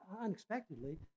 unexpectedly